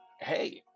Hey